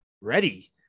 ready